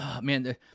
Man